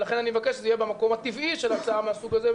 ולכן אני מבקש שזה יהיה במקום הטבעי של הצעה מהסוג הזה,